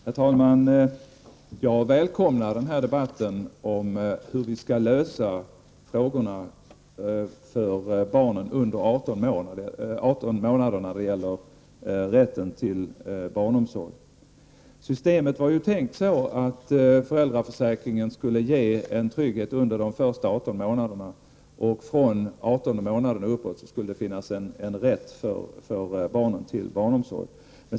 Herr talman! Jag välkomnar den här debatten om hur vi skall lösa frågorna för barn under 18 månader när det gäller rätten till barnomsorg. Systemet var ju tänkt så att föräldraförsäkringen skulle ge en trygghet under de första 18 månaderna och från den artonde månaden och uppåt så skulle det finnas en rätt för barnet till barnomsorg.